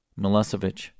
Milosevic